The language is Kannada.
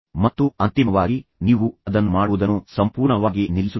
ಮತ್ತು ಅಂತಿಮವಾಗಿ ನೀವು ಅದನ್ನು ಮಾಡುವುದನ್ನು ಸಂಪೂರ್ಣವಾಗಿ ನಿಲ್ಲಿಸುತ್ತೀರಿ